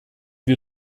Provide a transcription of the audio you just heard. wir